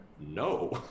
No